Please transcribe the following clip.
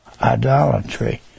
idolatry